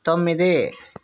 తొమ్మిది